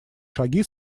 шаги